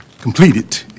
completed